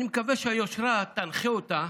אני מקווה שהיושרה תנחה אותה